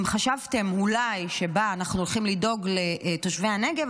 אם חשבתם אולי שבה אנחנו הולכים לדאוג לתושבי הנגב,